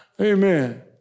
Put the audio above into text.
Amen